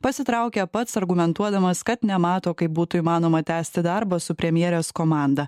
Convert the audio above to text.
pasitraukė pats argumentuodamas kad nemato kaip būtų įmanoma tęsti darbą su premjerės komanda